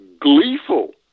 gleeful